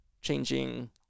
changing